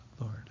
Lord